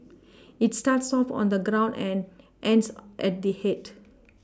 it starts off on the ground and ends at the head